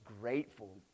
grateful